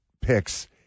picks